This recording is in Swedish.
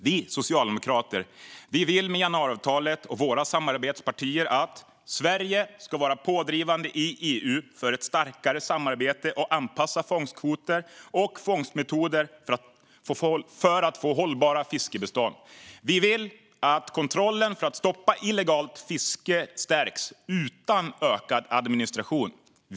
Vi socialdemokrater vill med januariavtalet och våra samarbetspartier att Sverige ska vara pådrivande i EU för ett starkare samarbete och för att få anpassade fångstkvoter och fångstmetoder som kan ge hållbara fiskbestånd. Vi vill att kontrollen för att stoppa illegalt fiske stärks, utan ökad administration.